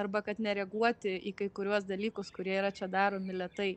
arba kad nereaguoti į kai kuriuos dalykus kurie yra čia daromi lėtai